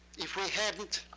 if we hadn't,